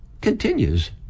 continues